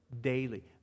daily